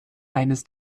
eines